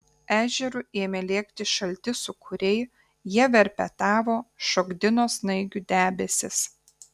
ežeru ėmė lėkti šalti sūkuriai jie verpetavo šokdino snaigių debesis